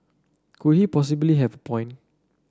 could he possibly have a point